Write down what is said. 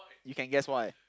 you can guess why